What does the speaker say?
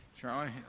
Charlie